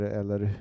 eller